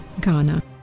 Ghana